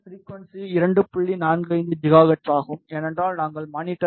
45 gigahertz ஆகும் ஏனென்றால் நாங்கள் மானிட்டரை 2